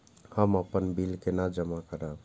हम अपन बिल केना जमा करब?